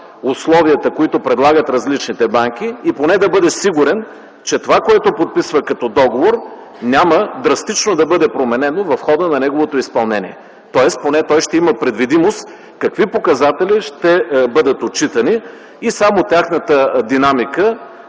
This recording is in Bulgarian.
условията, които предлагат различните банки и поне да бъде сигурен, че това, което подписва като договор, няма да бъде драстично променено в хода на неговото изпълнение. Тоест поне той ще има предвидимост какви показатели ще бъдат отчитани и само тяхната динамика